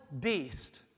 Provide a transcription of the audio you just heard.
beast